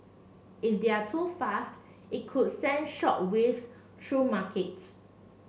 if they're too fast it could send shock waves true markets